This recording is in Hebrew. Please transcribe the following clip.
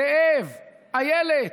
זאב, אילת,